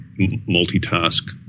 multitask